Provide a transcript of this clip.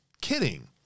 kidding